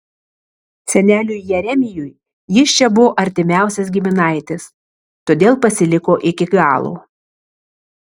seneliui jeremijui jis čia buvo artimiausias giminaitis todėl pasiliko iki galo